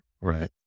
Right